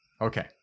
Okay